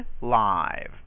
live